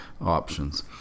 options